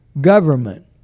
government